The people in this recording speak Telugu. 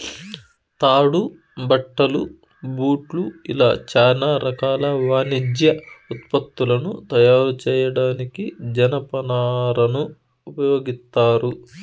తాడు, బట్టలు, బూట్లు ఇలా చానా రకాల వాణిజ్య ఉత్పత్తులను తయారు చేయడానికి జనపనారను ఉపయోగిత్తారు